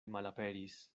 malaperis